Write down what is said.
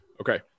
Okay